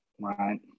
Right